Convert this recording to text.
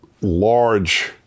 large